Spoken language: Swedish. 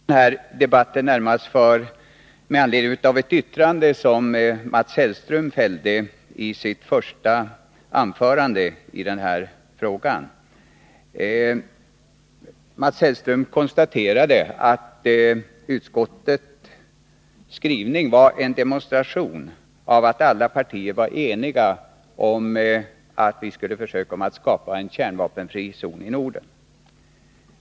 Herr talman! Jag går upp i denna debatt närmast med anledning av ett yttrande som Mats Hellström fällde i sitt första anförande i denna fråga. Mats Hellström konstaterade att utskottets skrivning var en demonstration av att alla partier var eniga om att vi skulle försöka skapa en kärnvapenfri zon i Norden.